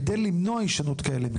כדי למנוע שיהיו מקרים נוספים כאלו,